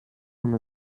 immer